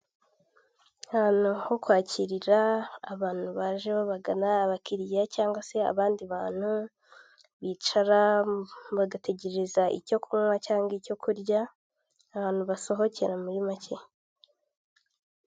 Ahantu ho kwakirira abantu baje babagana abakiriya cyangwa se abandi bantu. Bicara bagategereza icyo kunywa cyangwa icyo kurya. Ahantu basohokera muri make.